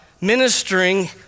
ministering